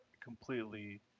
completely